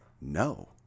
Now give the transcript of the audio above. No